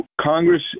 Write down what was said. Congress